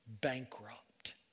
bankrupt